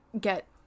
get